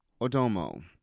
Odomo